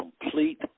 complete